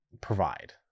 provide